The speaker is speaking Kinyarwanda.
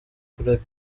kurega